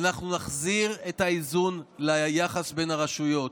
ואנחנו נחזיר את האיזון ליחס בין הרשויות.